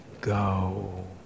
go